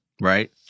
Right